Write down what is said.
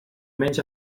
menys